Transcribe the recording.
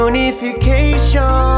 Unification